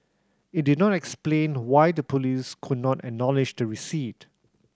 it did not explain why the police could not acknowledge receipt